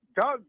Doug